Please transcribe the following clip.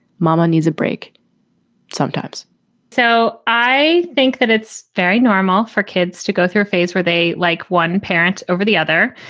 mama needs a break sometimes so i think that it's very normal for kids to go through a phase where they like one parent over the other.